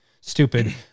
stupid